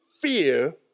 fear